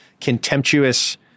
contemptuous